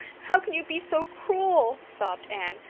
how can you be so cruel? sobbed anne.